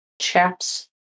chaps